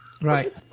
Right